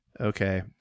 Okay